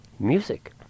Music